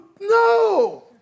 no